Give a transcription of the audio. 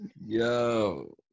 Yo